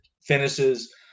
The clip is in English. finishes